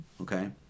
okay